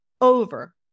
over